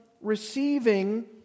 receiving